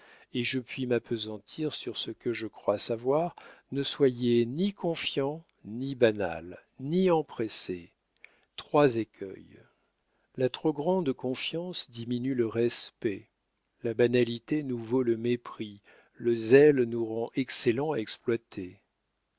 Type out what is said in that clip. et je puis m'appesantir sur ce que je crois savoir ne soyez ni confiant ni banal ni empressé trois écueils la trop grande confiance diminue le respect la banalité nous vaut le mépris le zèle nous rend excellents